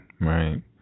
right